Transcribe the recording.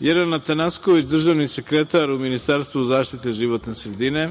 Jelena Tanasković, državni sekretar u Ministarstvu zaštite životne sredine,